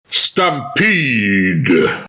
Stampede